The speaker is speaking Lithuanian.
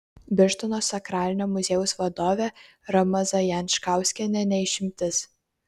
birštono sakralinio muziejaus vadovė roma zajančkauskienė ne išimtis